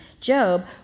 Job